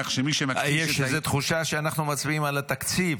כך שמי שמכחיש -- יש איזו תחושה שאנחנו מצביעים על התקציב.